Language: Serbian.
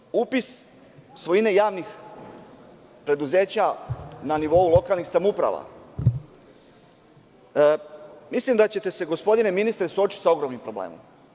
Kada je u pitanju upis javnih preduzeća na nivou lokalnih samouprava, mislim da ćete se, gospodine ministre, suočiti sa ogromnim problemom.